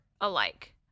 alike